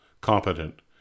competent